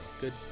Good